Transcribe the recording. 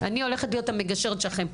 אני הולכת להיות המגשרת שלכם.